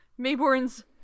Mayborn's